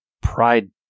Pride